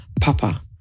Papa